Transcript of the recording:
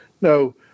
No